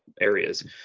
areas